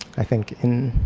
i think. in,